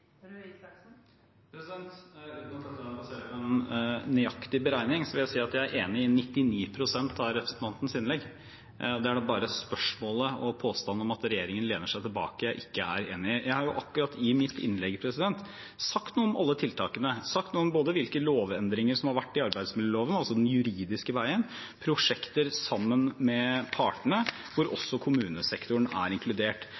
på en nøyaktig beregning, vil jeg si at jeg er enig i 99 pst. av representantens replikk. Det er bare spørsmålet og påstanden om at regjeringen lener seg tilbake, jeg ikke er enig i. Jeg har akkurat i mitt innlegg sagt noe om alle tiltakene, sagt noe om hvilke lovendringer som har vært i arbeidsmiljøloven – altså den juridiske veien. Jeg har sagt noe om prosjekter sammen med partene, hvor også kommunesektoren er inkludert.